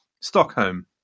Stockholm